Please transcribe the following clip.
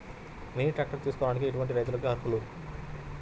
Mini tractor తీసుకోవడానికి ఎటువంటి రైతులకి అర్హులు?